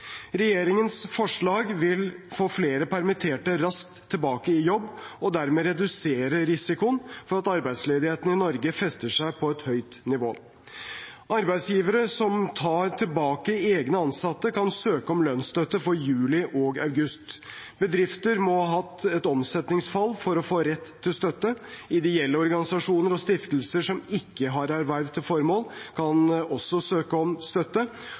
Regjeringens forslag vil få flere permitterte raskt tilbake i jobb og dermed redusere risikoen for at arbeidsledigheten i Norge fester seg på et høyt nivå. Arbeidsgivere som tar tilbake egne ansatte, kan søke om lønnsstøtte for juli og august. Bedrifter må ha hatt et omsetningsfall for å få rett til støtte. Ideelle organisasjoner og stiftelser som ikke har erverv til formål, kan også søke om støtte.